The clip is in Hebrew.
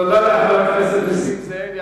תודה לחבר הכנסת נסים זאב.